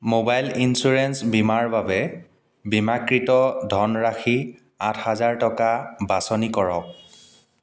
mobile insurance বীমাৰ বাবে বীমাকৃত ধনৰাশি আঠ হাজাৰ টকা বাছনি কৰক